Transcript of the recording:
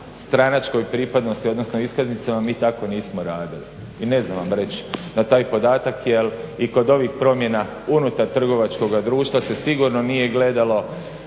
stranačkoj pripadnosti, odnosno iskaznici. Mi takvu nismo radili i ne znam vam reć na taj podatak jel i kod ovih promjena unutar trgovačkoga društva se sigurno nije gledalo